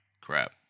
crap